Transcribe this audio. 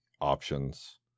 options